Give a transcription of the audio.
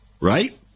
Right